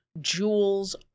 jewels